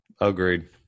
Agreed